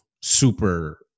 super